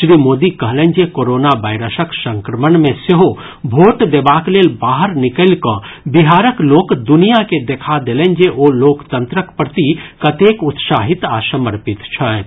श्री मोदी कहलनि जे कोरोना वायरसक संक्रमण मे सेहो भोट देबाक लेल बाहर निकलि कऽ बिहारक लोक दुनिया के देखा देलनि जे ओ लोकतंत्रक प्रति कतेक उत्साहित आ समर्पित छथि